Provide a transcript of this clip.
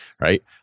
Right